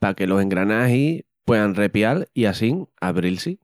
pa que los engranagis puean repial i assín abril-si.